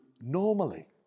normally